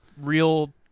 real